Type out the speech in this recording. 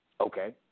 Okay